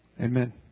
Amen